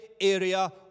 area